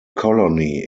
colony